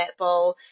netball